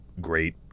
great